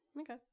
okay